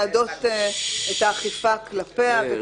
מייעדות את האכיפה כלפיה.